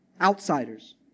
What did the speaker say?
Outsiders